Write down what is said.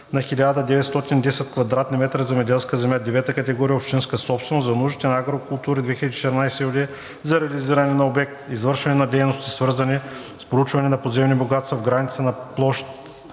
на 1910 кв. м земеделска земя, девета категория, общинска собственост, за нуждите на „Агро култури 2014“ ЕООД, за реализиране на обект: „Извършване на дейности, свързани с проучване на подземни богатства в границите в площ